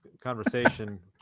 conversation